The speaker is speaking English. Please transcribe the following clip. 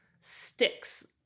sticks